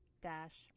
dash